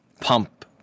pump